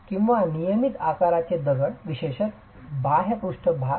किंवा नियमित आकाराचे दगड विशेषत बाह्य पृष्ठभाग